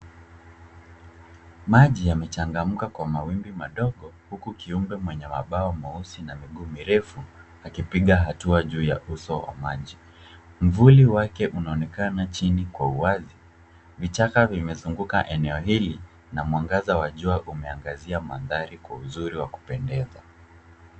Maji yamechangamka kwa mawimbi madogo huku kiumbe mwenye mabawa meusi na miguu mirefu akipiga hatua juu ya uso wa maji. Mvuli wake unaonekana chini kwa wazi. Vichaka vimezunguka eneo hili na mwangaza wa jua umeangazia mandhari kwa uzuri wa kupendeza.